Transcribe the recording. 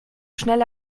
schnell